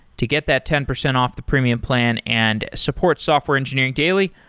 to get that ten percent off the premium plan and support software engineering daily,